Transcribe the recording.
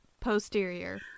posterior